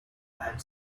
and